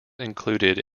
included